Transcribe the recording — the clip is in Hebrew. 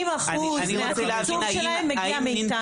80% מהמימון שלהם מגיע מאיתנו.